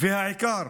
והעיקר,